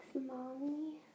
Mommy